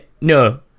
no